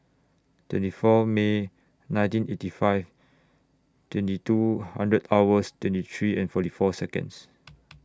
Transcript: twenty four May nineteen eighty five twenty two hundred hours twenty three and forty four Seconds